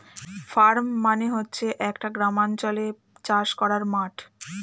farm মানে হচ্ছে একটা গ্রামাঞ্চলে চাষ করার মাঠ